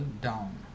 down